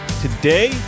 today